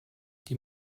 die